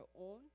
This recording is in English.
own